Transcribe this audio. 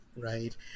right